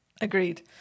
Agreed